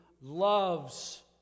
loves